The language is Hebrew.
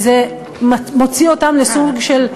וזה מוציא אותם לסוג של,